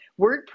WordPress